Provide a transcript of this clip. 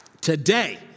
today